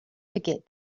forget